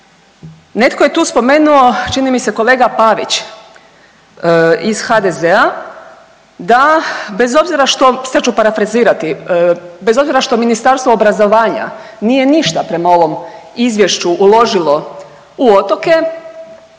Netko je tu spomenuo, čini mi se kolega Pavić iz HDZ-a da bez obzira što, sad ću parafrazirati, bez obzira što Ministarstvo obrazovanja nije ništa prema ovom izvješću uložilo u otoke